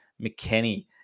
McKenny